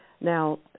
Now